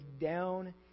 down